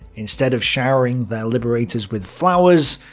instead of showering their liberators with flowers,